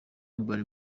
urban